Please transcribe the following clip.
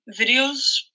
videos